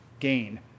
gain